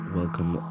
welcome